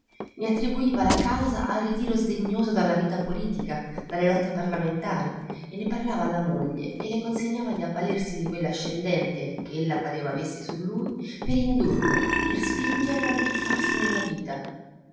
ne attribuiva la causa al ritiro sdegnoso dalla vita politica dalle lotte parlamentari e ne parlava alla moglie e le consigliava di avvalersi di quell'ascendente ch'ella pareva avesse su lui per indurlo per spingerlo a rituffarsi nella vita